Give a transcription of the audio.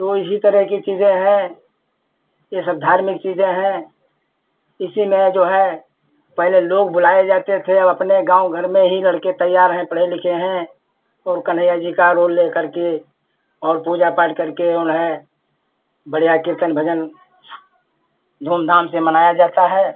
तो इसी तरह की चीज़ें हैं यह सब धार्मिक चीज़ें हैं इसी में जो है पहले लोग बुलाए जाते थे अब अपने गाँव घर में ही लड़के तैयार हैं पढे़ लिखे हैं और कन्हैया जी का रोल ले करके और पूजा पाठ करके जो है बढ़ियाँ कीर्तन भजन धूमधाम से मनाया जाता है